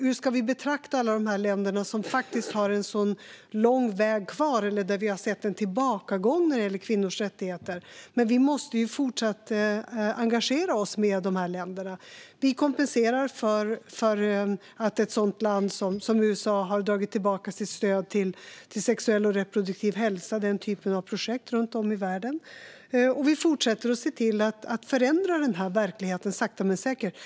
Hur ska vi betrakta alla de länder som har en lång väg kvar eller där vi rent av har sett en tillbakagång när det gäller kvinnors rättigheter? Vi måste fortsatt engagera oss när det gäller dessa länder. Vi kompenserar för att ett land som USA har dragit tillbaka sitt stöd till projekt runt om i världen som rör sexuell och reproduktiv hälsa. Vi fortsätter att se till att sakta men säkert förändra denna verklighet.